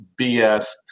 BS